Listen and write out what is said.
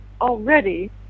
already